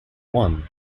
one